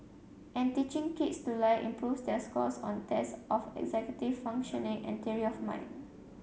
and teaching kids to lie improves their scores on tests of executive functioning and theory of mind